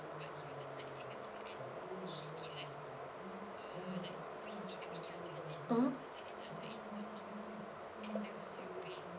mmhmm